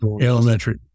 elementary